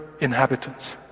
inhabitants